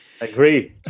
agree